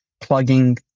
plugging